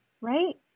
right